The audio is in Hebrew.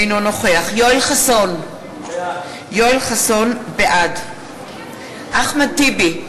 אינו נוכח יואל חסון, בעד אחמד טיבי,